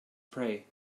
prey